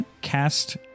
cast